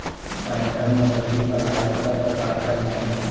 टमाटर म जल्दी फल आय ओकर बर का करना ये?